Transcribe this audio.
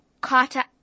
Carter